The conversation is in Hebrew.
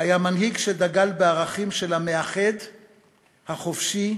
היה מנהיג שדגל בערכים של המאחד, החופשי,